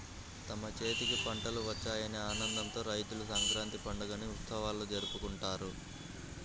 తమ చేతికి పంటలు వచ్చాయనే ఆనందంతో రైతులు సంక్రాంతి పండుగని ఉత్సవంలా జరుపుకుంటారు